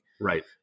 right